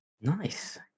Nice